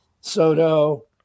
Soto